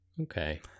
Okay